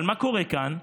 אבל מה קורה כאן?